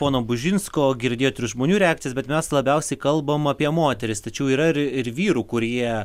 pono bužinsko girdėjo tris žmonių reakcijas bet mes labiausiai kalbam apie moteris tačiau yra ir vyrų kurie